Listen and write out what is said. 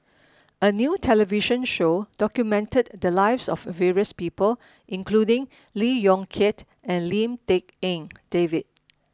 a new television show documented the lives of various people including Lee Yong Kiat and Lim Tik En David